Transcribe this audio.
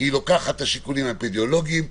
לוקחת את השיקולים האפידמיולוגיים,